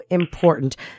important